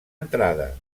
entrada